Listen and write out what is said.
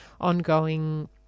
ongoing